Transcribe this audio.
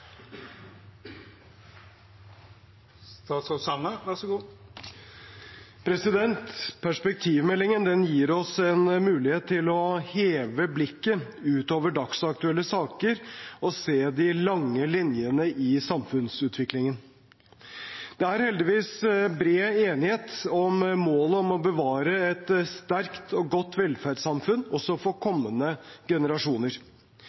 å heve blikket utover dagsaktuelle saker og se de lange linjene i samfunnsutviklingen. Det er heldigvis bred enighet om målet om å bevare et sterkt og godt velferdssamfunn også for